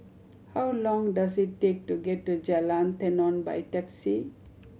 how long does it take to get to Jalan Tenon by taxi